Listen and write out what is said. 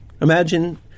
Imagine